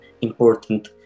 important